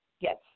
Yes